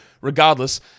Regardless